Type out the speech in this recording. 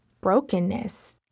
brokenness